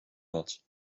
bad